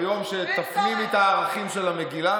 ביום שתפנימי את הערכים של המגילה,